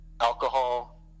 alcohol